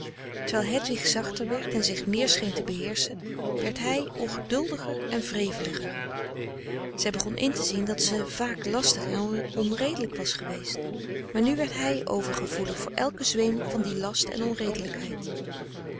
terwijl hedwig zachter werd en zich meer scheen te beheerschen werd hij ongeduldiger en wreveliger zij begon in te zien dat ze vaak lastig en onredelijk was geweest maar nu werd hij overgevoelig voor elken zweem van die last en onredelijkheid